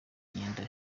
imyenda